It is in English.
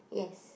yes